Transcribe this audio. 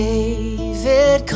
David